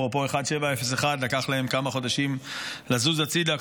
אפרופו 1701. לקח להם כמה חודשים לזוז הצידה.